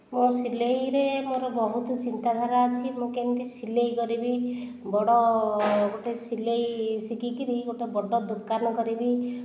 ମୋ ସିଲେଇରେ ମୋର ବହୁତ ଚିନ୍ତାଧାରା ଅଛି ମୁଁ କେମିତି ସିଲେଇ କରିବି ବଡ଼ ଗୋଟିଏ ସିଲେଇ ଶିଖି କରି ଗୋଟିଏ ବଡ଼ ଦୋକାନ କରିବି